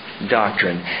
Doctrine